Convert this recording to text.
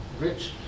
rich